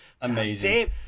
Amazing